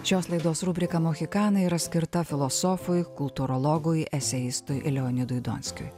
šios laidos rubrika mohikanai yra skirta filosofui kultūrologui eseistui leonidui donskiui